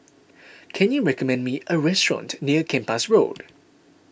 can you recommend me a restaurant near Kempas Road